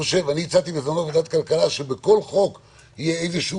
הצעתי בזמנו בוועדת הכלכלה שבכל חוק יהיה איזה שהוא